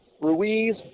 Ruiz